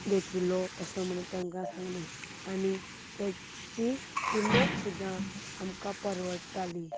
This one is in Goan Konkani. घेतिल्लो अशें म्हणून तांकां सांगलें आनी ताची किंमत सुद्दां आमकां परवडटाली